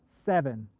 seven,